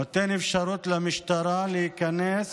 נותן אפשרות למשטרה להיכנס